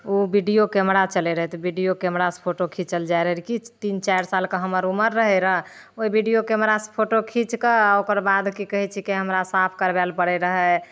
ओ video camera चलए रहए तऽ बिडीयो कैमरा से फोटो खीचल जाए रहए रऽ किछु तीन चारि सालके हमर उमर रहए रऽ ओहि बिडीयो कैमरा से फोटो खींच कऽ ओकर बाद की कहैत छिकै हमरा साफ करबै लऽ पड़ै रहए